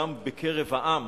גם בקרב העם,